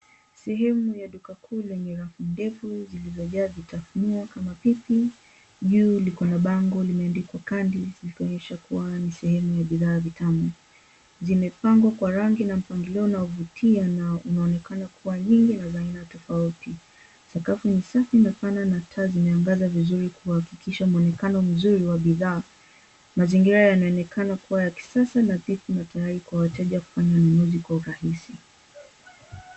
Sehemu ya duka kuu lenye rafu ndefu zilizojaa vitafunio kama pipi. Juu likona bango limeandikwa candies likionyesha kuwa ni sehemu ya bidhaa vitamu. Vimepangwa kwa rangi na mpangilio unaovutia na unaonekana kuwa nyingi na za aina tofauti. Sakafu ni safi na pana na taa zimeangazwa vizuri kuhakikisha muonekano mzuri wa bidhaa. Mazingira yanaonekana kuwa ya kisasa na fiti na tayari kwa wateja kufanya ununuzi kwa urahisi.